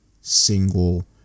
single